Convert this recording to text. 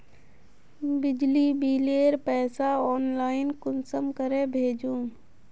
बिजली बिलेर पैसा ऑनलाइन कुंसम करे भेजुम?